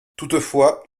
toutefois